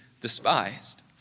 despised